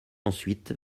ensuite